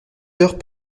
heures